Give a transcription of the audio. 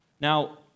Now